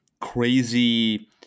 crazy